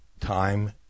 time